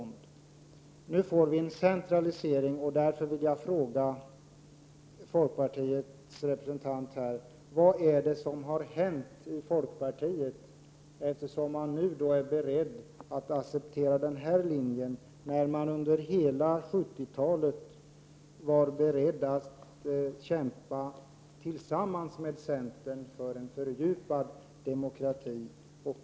Nu får vi en centralisering. Därför vill jag fråga folkpartiets representant här: Vad är det som har hänt i folkpartiet, när man nu är beredd att acceptera denna linje? Under hela 70-talet var man beredd att kämpa tillsammans med centern för en fördjupad demokrati.